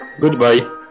Goodbye